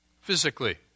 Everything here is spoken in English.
Physically